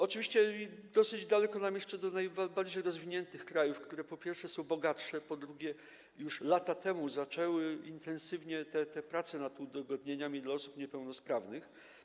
Oczywiście dosyć daleko nam jeszcze do najbardziej rozwiniętych krajów, które, po pierwsze, są bogatsze, a po drugie, już lata temu zaczęły prowadzić intensywne prace nad udogodnieniami dla osób niepełnosprawnych.